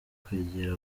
kwegera